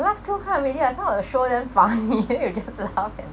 laugh too hard really ah some of the show damn funny I just laugh and